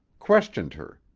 questioned her,